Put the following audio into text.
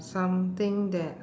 something that